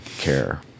care